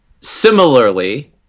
Similarly